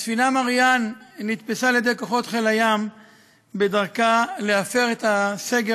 הספינה "מריאן" נתפסה על-ידי כוחות חיל הים בדרכה להפר את הסגר